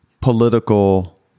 political